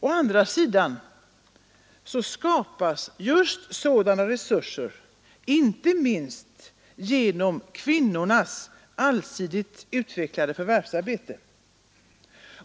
Å andra sidan skapas sådana resurser inte minst genom kvinnornas allsidigt utvecklade förvärvsarbete.